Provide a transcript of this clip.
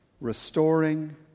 restoring